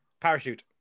Parachute